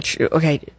okay